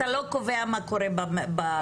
אתה לא קובע מה קורה במעונות.